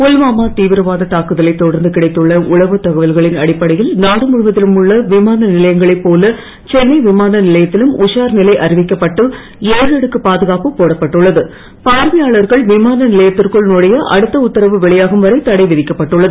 புல்வாமா தீவிரவாதத் தாக்குதலைத் தொடர்ந்து கிடைத்துள்ள உளவுத் தகவல்களின் அடிப்படையில் நாடு முழுவதிலும் உள்ள விமான நிலையங்களைப் போல சென்னை விமான நிலையத்திலும் உஷார் நிலை அறிவிக்கப்பட்டு பார்வையாளர்கள் விமானநிலையத்திற்குள் நுழைய அடுத்த உத்தரவு வெளியாகும் வரை தடை விதிக்கப்பட்டுள்ளது